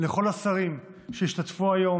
לכל השרים שהשתתפו היום,